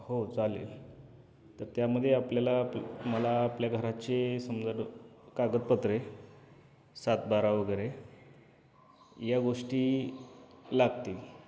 हो चालेल तर त्यामध्ये आपल्याला आपण मला आपल्या घराचे समजा कागदपत्रे सातबारा वगैरे या गोष्टी लागतील